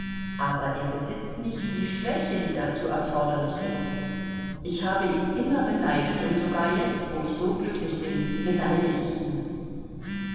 aber er besitzt nicht die schwäche die dazu erforderlich ist ich habe ihn immer beneidet und sogar jetzt wo ich so glücklich bin beneide ich ihn